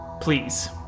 please